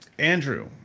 Andrew